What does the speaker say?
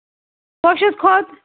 کوٚشَس کھوٚت